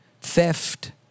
theft